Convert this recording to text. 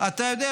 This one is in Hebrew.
אתה יודע,